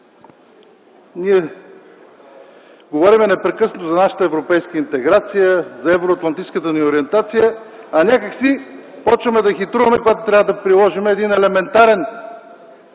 Говорим непрекъснато за нашата европейска интеграция, за евроатлантическата ни ориентация, а започваме да хитруваме, когато трябва да приложим един елементарен